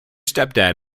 stepdad